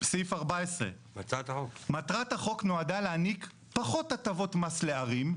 בסעיף 14. "מטרת החוק נועדה להעניק פחות הטבות מס לערים,